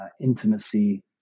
intimacy